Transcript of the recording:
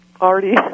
already